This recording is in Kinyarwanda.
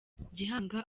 gihanga